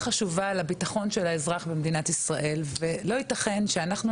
חשובה לביטחון של האזרח במדינת ישראל ולא יתכן שאנחנו,